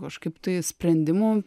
kažkaip tai sprendimų